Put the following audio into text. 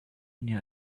near